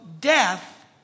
death